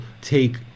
take